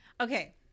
Okay